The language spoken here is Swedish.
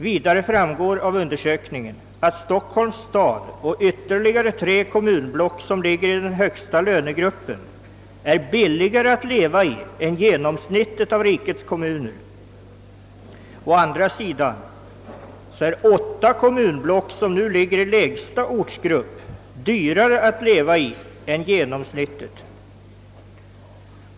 Vidare framgår av undersökningen att Stockholms stad och ytterligare tre kommunblock, som ligger i den högsta lönegruppen, är billigare att leva i än genomsnittet av rikets kommuner. Å andra sidan är åtta kommunblock som nu ligger i lägsta ortsgrupp, dyrare att leva i än genomsnittet.